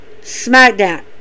SmackDown